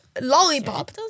lollipop